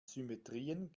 symmetrien